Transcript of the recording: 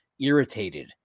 irritated